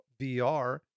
VR